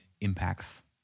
impacts